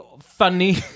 funny